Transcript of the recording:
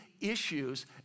issues